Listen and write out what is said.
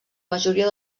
majoria